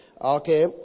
Okay